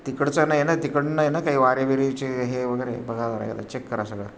तिकडचं नाही ना तिकडं नाही ना काही वारी बिरीचे हे वगैरे बघायला लागेलं तर चेक करा सगळं